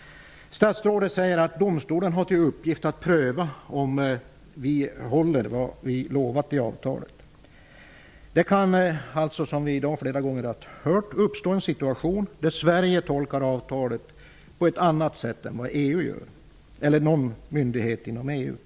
Statsrådet säger att domstolen har till uppgift att pröva om vi håller vad vi lovat i avtalet. Det kan alltså, som vi i dag flera gånger har hört, uppstå en situation där Sverige tolkar avtalet på ett annat sätt än vad EU eller någon myndighet inom EU gör.